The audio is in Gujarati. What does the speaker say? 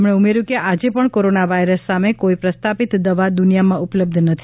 શાહે ઉમેર્યું કે આજે પણ કોરોના વાયરસ સામે કોઈ પ્રસ્થાપિત દવા દુનિથામાં ઉપલબ્ધ નથી